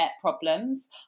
problems